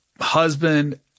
husband